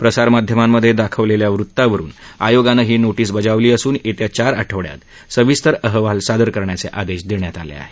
प्रसार माध्यमांमधे दाखवलेल्या वृत्तावरुन आयोगानं ही नोटीस बजावली असून येत्या चार आठवड्यात सविस्तर अहवाल सादर करण्याचे आदेश दिले आहे